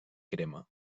crema